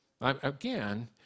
Again